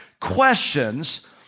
questions